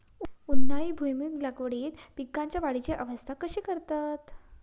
उन्हाळी भुईमूग लागवडीत पीकांच्या वाढीची अवस्था कशी करतत?